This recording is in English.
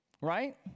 Right